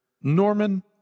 Norman